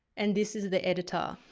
and this is the editor,